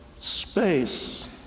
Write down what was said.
space